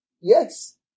yes